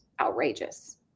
outrageous